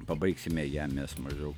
pabaigsime ją mes maždaug